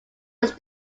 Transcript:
its